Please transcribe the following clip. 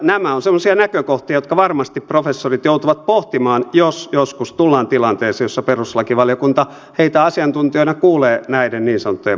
nämä ovat semmoisia näkökohtia jotka varmasti professorit joutuvat pohtimaan jos joskus tullaan tilanteeseen jossa perustuslakivaliokunta heitä asiantuntijoina kuulee näiden niin sanottujen pakkolakien osalta